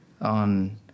on